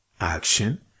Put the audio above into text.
action